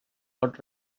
pot